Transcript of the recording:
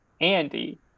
Andy